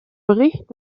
bericht